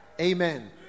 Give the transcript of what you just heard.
amen